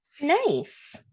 Nice